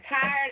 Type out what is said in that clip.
tired